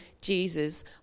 Jesus